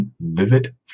Vivid